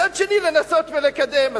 מצד שני לנסות ולקדם.